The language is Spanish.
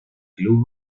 club